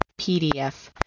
PDF